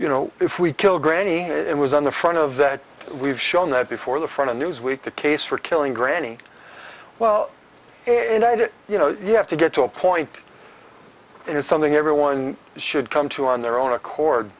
you know if we kill granny it was on the front of that we've shown that before the front of newsweek the case for killing granny well you know you have to get to a point it is something everyone should come to on their own accord